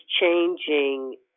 changing